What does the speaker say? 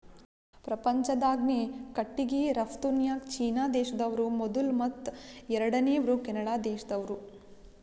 ಪ್ರಪಂಚ್ದಾಗೆ ಕಟ್ಟಿಗಿ ರಫ್ತುನ್ಯಾಗ್ ಚೀನಾ ದೇಶ್ದವ್ರು ಮೊದುಲ್ ಮತ್ತ್ ಎರಡನೇವ್ರು ಕೆನಡಾ ದೇಶ್ದವ್ರು